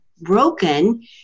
broken